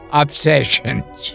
obsessions